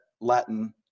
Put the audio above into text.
Latin